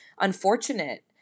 unfortunate